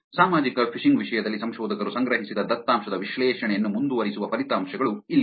ಸಾಮಾಜಿಕ ಫಿಶಿಂಗ್ ವಿಷಯದಲ್ಲಿ ಸಂಶೋಧಕರು ಸಂಗ್ರಹಿಸಿದ ದತ್ತಾಂಶದ ವಿಶ್ಲೇಷಣೆಯನ್ನು ಮುಂದುವರಿಸುವ ಫಲಿತಾಂಶಗಳು ಇಲ್ಲಿವೆ